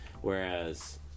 whereas